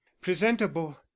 presentable